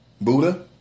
Buddha